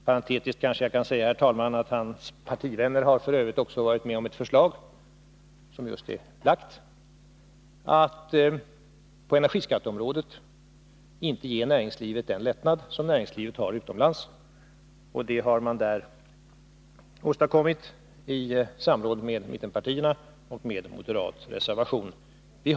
Parentetiskt kan jag tillägga att hans partivänner har varit med om att lägga fram ett förslag om att på energiskatteområdet inte ge näringslivet den lättnad som det har utomlands. Det har de åstadskommit i samråd med mittenpartierna. Moderaterna har reserverat sig.